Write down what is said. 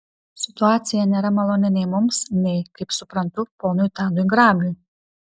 situacija nėra maloni nei mums nei kaip suprantu ponui tadui grabiui